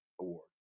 award